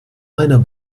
meiner